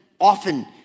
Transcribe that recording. often